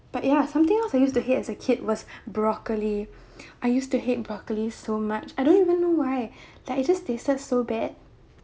but ya something else I used to hate as a kid was broccoli I used to hate broccoli so much I don't even know why like it just tasted so bad